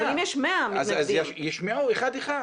אז ישמעו אחד אחד.